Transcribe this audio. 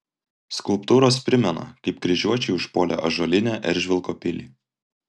skulptūros primena kaip kryžiuočiai užpuolė ąžuolinę eržvilko pilį